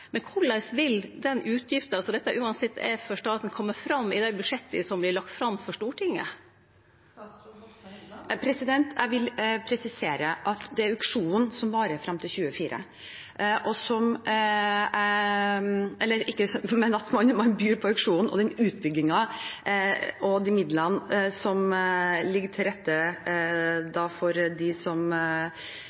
Korleis vil den utgifta som dette uansett er for staten, kome fram i dei budsjetta som vert lagde fram for Stortinget? Jeg vil presisere at man byr på auksjonen, og utbyggingen, med midlene som ligger til rette for dem som byr på auksjonen, skal skje innen 2024. Som jeg også sa til